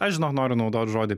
aš žinot noriu naudot žodį